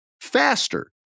faster